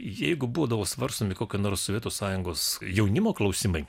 jeigu būdavo svarstomi kokie nors sovietų sąjungos jaunimo klausimai